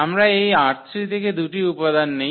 আমরা এই ℝ3 থেকে দুটি উপাদান নিই